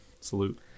Salute